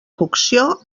cocció